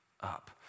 up